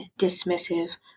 dismissive